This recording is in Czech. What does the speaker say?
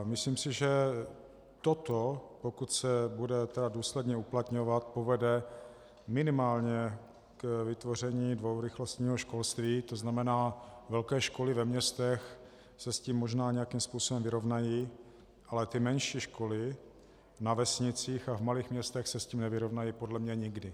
Myslím si, že pokud se toto bude důsledně uplatňovat, povede minimálně k vytvoření dvourychlostního školství, to znamená velké školy ve městech se s tím možná nějakým způsobem vyrovnají, ale menší školy na vesnicích a malých městech se s tím nevyrovnají podle mě nikdy.